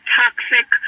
toxic